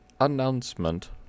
announcement